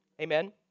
Amen